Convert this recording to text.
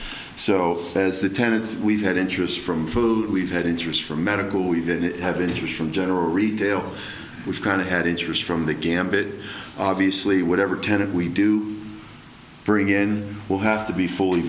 so as the tenets we've had interest from food we've had interest from medical we did have interest from general retail which kind of had interest from the gambit obviously whatever tenet we do bring in will have to be fully